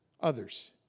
others